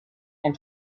and